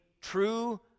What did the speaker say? true